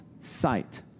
sight